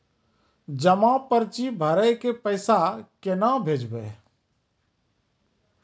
जमा पर्ची भरी के पैसा केना भेजबे?